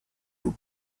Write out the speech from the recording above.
were